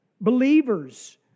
believers